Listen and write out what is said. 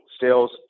sales